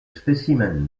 spécimens